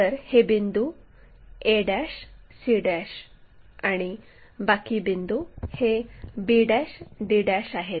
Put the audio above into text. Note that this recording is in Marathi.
तर हे बिंदू a c आणि बाकी बिंदू हे b d आहेत